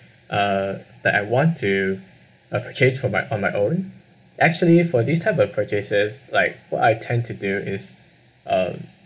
uh that I want to uh purchase for my on my own actually for this type of purchases like what I tend to do is um